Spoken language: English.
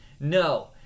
No